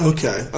Okay